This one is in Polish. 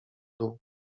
dół